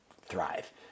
THRIVE